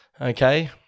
okay